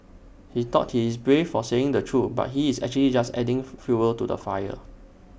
he thought he's brave for saying the truth but he's actually just adding fuel to the fire